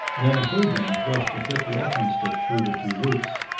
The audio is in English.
then a third man thrust a thick walking-stick through the two loops.